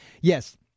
Yes